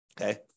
Okay